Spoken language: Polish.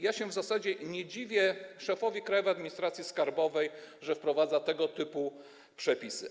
Ja się w zasadzie nie dziwię szefowi Krajowej Administracji Skarbowej, że wprowadza tego typu przepisy.